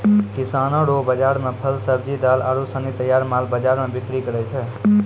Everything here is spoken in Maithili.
किसानो रो बाजार मे फल, सब्जी, दाल आरू सनी तैयार माल बाजार मे बिक्री करै छै